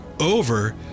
over